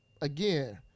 again